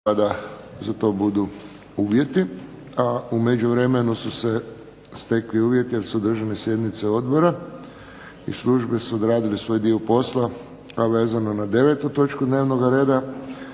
Josip (HSS)** A u međuvremenu su se stekli uvjeti jer su održane sjednice odbora i službe su odradile svoj dio posla, a vezano na 9. točku dnevnoga reda